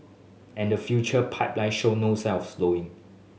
and the future pipeline show no signs of slowing